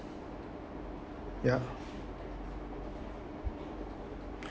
ya